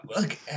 look